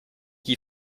qui